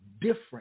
different